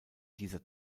dieser